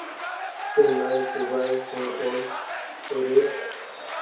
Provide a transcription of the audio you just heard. Chennai Dubai Hong Kong Paris